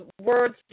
words